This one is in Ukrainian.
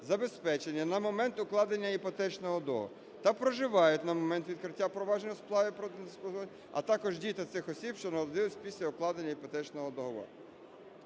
забезпечення на момент укладення іпотечного договору та проживають на момент відкриття провадження у справі про неплатоспроможність, а також діти цих осіб, що народились після укладення іпотечного договору.